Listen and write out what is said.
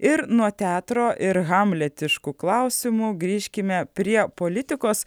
ir nuo teatro ir hamletiškų klausimų grįžkime prie politikos